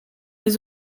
des